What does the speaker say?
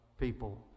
people